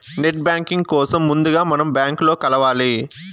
net banking కోసం ముందుగా మనం బ్యాంకులో కలవాలి